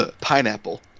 pineapple